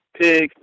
pig